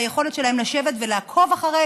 והיכולת שלה לשבת ולעקוב אחרי